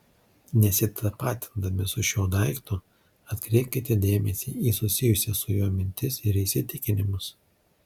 nesitapatindami su šiuo daiktu atkreipkite dėmesį į susijusias su juo mintis ir įsitikinimus